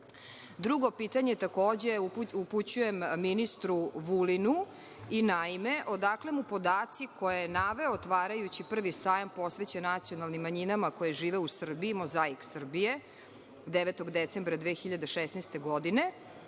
pitanje takođe upućujem ministru Vulinu. Naime, odakle mu podaci koje je naveo otvarajući prvi sajam posvećen nacionalnim manjinama koje žive u Srbiji „Mozaik Srbije“ 9. decembra 2106. godine,